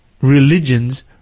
religions